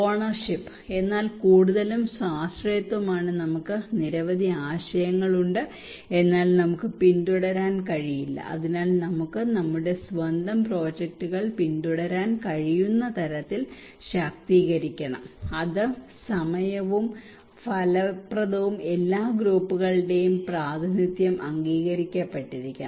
ownership എന്നാൽ കൂടുതലും സ്വാശ്രയത്വമാണ് നമുക്ക് നിരവധി ആശയങ്ങൾ ഉണ്ട് എന്നാൽ നമുക്ക് പിന്തുടരാൻ കഴിയില്ല അതിനാൽ നമുക്ക് നമ്മുടെ സ്വന്തം പ്രോജക്റ്റുകൾ പിന്തുടരാൻ കഴിയുന്ന തരത്തിൽ ശാക്തീകരിക്കപ്പെടണം അത് സമയവും ഫലപ്രദവും എല്ലാ ഗ്രൂപ്പുകളുടെയും പ്രാതിനിധ്യവും അംഗീകരിക്കപ്പെട്ടിരിക്കണം